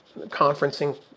conferencing